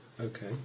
Okay